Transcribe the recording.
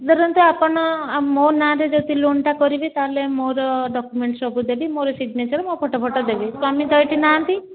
ଧରନ୍ତୁ ଆପଣ ମୋ ନାଁରେ ଯଦି ଲୋନ୍ଟା କରିବି ତା'ହେଲେ ମୋର ଡକ୍ୟୁମେଣ୍ଟ ସବୁ ଦେବି ମୋର ସିଗନେଚର୍ ମୋ ଫୋଟୋ ଫୋଟୋ ସବୁ ଦେବି ସ୍ୱାମୀ ତ ଏଠି ନାହାନ୍ତି